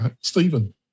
Stephen